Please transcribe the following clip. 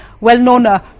well-known